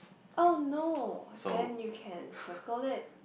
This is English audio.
oh no then you can circle it